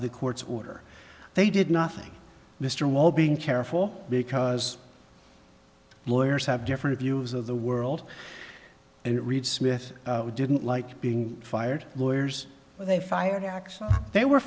the court's order they did nothing mr wall being careful because lawyers have different views of the world and it read smith didn't like being fired lawyers they fired x they were